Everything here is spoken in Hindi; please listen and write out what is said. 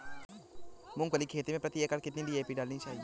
मूंग की खेती में प्रति एकड़ कितनी डी.ए.पी डालनी चाहिए?